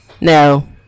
No